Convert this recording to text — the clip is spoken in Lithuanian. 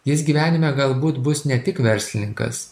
jis gyvenime galbūt bus ne tik verslininkas